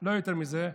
לא יותר מזה,